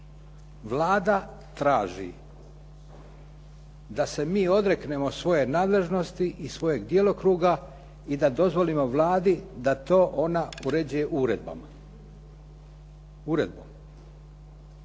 Vlada traži da se mi odreknemo svoje nadležnosti i svoga djelokruga i da dozvolimo Vladi da to ona uređuje uredbom.